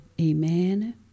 Amen